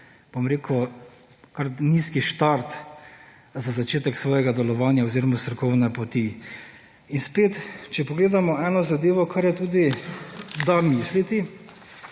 bom rekel, kar nizki štart za začetek svojega delovanja oziroma strokovne poti. In spet, če pogledamo eno zadevo, kar je tudi da misliti,